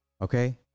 Okay